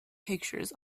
pictures